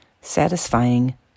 satisfying